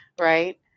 right